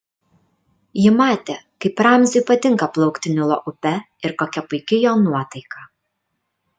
ji matė kaip ramziui patinka plaukti nilo upe ir kokia puiki jo nuotaika